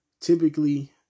typically